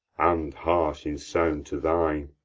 and harsh in sound to thine.